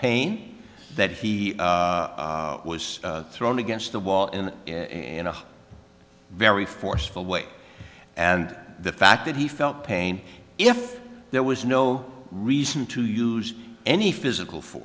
pain that he was thrown against the wall and in a very forceful way and the fact that he felt pain if there was no reason to use any physical for